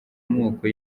amoko